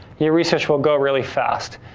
your research will go really fast.